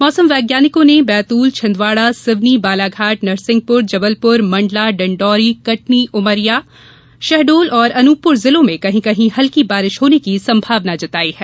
मौसम वैज्ञानिकों ने बैतूल छिंदवाड़ा सिवनी बालाघाट नरसिंहपुर जबलपुर मंडला डिंडौरी कटनी उमरिया शहडोल औरअनूनपुर जिलों में कहीं कहीं हल्की बारिश होने की संभावना जताई है